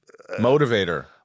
motivator